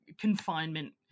confinement